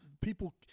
people